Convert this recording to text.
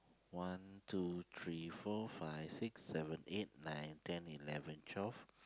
one two three four five six seven eight nine ten eleven twelve